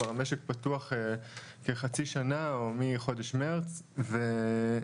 כבר המשק פתוח כחצי שנה או מחודש מארס ולכן